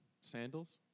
Sandals